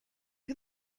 who